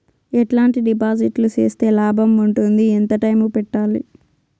ఎట్లాంటి డిపాజిట్లు సేస్తే లాభం ఉంటుంది? ఎంత టైము పెట్టాలి?